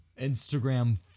instagram